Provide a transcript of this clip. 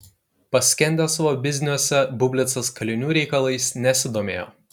paskendęs savo bizniuose bublicas kalinių reikalais nesidomėjo